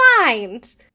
mind